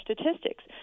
statistics